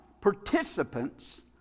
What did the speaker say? participants